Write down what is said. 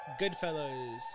Goodfellas